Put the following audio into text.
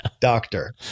Doctor